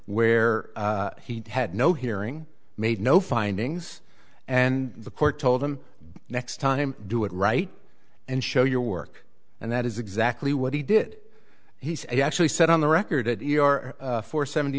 where he had no hearing made no findings and the court told him next time do it right and show your work and that is exactly what he did he actually said on the record it is for seventy